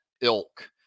ilk